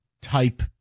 type